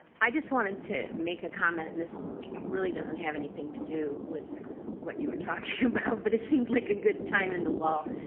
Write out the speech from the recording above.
i just wanted to make a comment and this really does not have anything to do with what you were talking about, but it seemed like a good time in the lull.